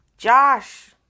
Josh